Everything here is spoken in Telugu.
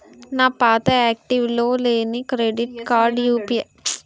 నా పాత యాక్టివ్ లో లేని క్రెడిట్ కార్డుకు యు.పి.ఐ ద్వారా కట్టాను నా సమస్యకు పరిష్కారం ఎంటి?